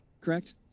correct